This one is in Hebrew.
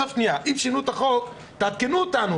אם שינו את החוק עדכנו אותנו.